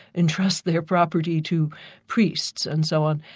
entrust their property to priests and so on.